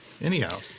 anyhow